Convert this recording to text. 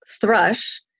thrush